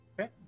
Okay